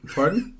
Pardon